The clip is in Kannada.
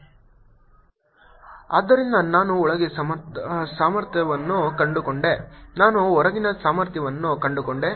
Vrr2ρdr0rr≥r rρdr0r≤r ಆದ್ದರಿಂದ ನಾನು ಒಳಗೆ ಸಾಮರ್ಥ್ಯವನ್ನು ಕಂಡುಕೊಂಡೆ ನಾನು ಹೊರಗಿನ ಸಾಮರ್ಥ್ಯವನ್ನು ಕಂಡುಕೊಂಡೆ